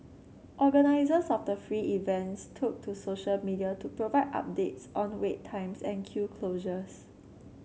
organisers of the free events took to social media to provide updates on wait times and queue closures